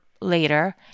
later